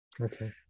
Okay